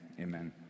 amen